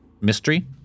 mystery